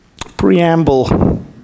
preamble